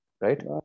right